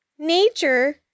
Nature